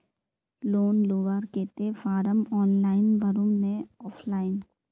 Loan लुबार केते form online भरुम ने ऑफलाइन?